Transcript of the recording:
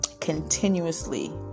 continuously